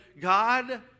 God